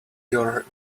your